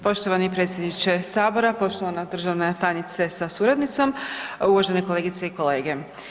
Poštovani predsjedniče sabora, poštovana državna tajnice sa suradnicom, uvažene kolegice i kolege.